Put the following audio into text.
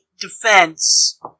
defense